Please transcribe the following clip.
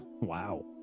wow